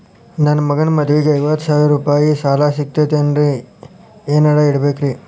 ನನ್ನ ಮಗನ ಮದುವಿಗೆ ಐವತ್ತು ಸಾವಿರ ರೂಪಾಯಿ ಸಾಲ ಸಿಗತೈತೇನ್ರೇ ಏನ್ ಅಡ ಇಡಬೇಕ್ರಿ?